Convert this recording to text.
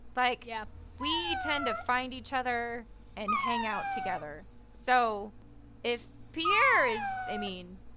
like yeah we tend to find each other and hang out together, so if pierre is, i mean,